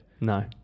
No